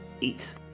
Eat